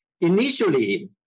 initially